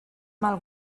mal